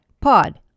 Pod